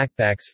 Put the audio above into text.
backpacks